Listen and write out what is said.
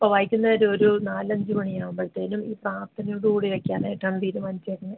ഓ വൈകുന്നേരം ഒരു നാല് അഞ്ച് മണിയാകുമ്പോഴ്ത്തേനും ഈ പ്രാർത്ഥനയോട് കൂടി വെക്കാനായിട്ടാണ് തീരുമാനിച്ചേക്കുന്നത്